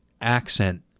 accent